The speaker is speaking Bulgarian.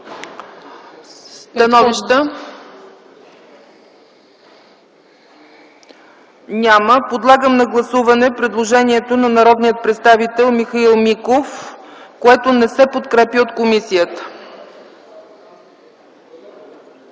становища? Няма. Подлагам на гласуване предложението на народния представител Михаил Миков, което не се подкрепя от комисията.